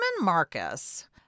Marcus